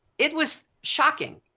it was shocking.